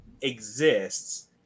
exists